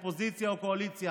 אופוזיציה או קואליציה,